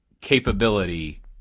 capability